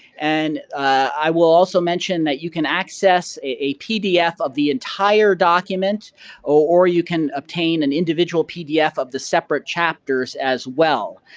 and i will also mention that you can access a pdf of the entire document or you can obtain an individual pdf of the separate chapters as well.